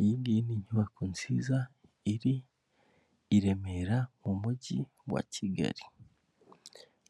Iyingiyi ni inyubako nziza iri i Remera mu mujyi wa kigali